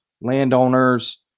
landowners